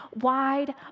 wide